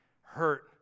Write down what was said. hurt